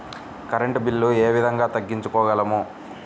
Current bill ఏ విధంగా తగ్గించుకోగలము?